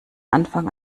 anfang